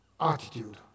attitude